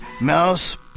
mouse